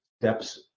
steps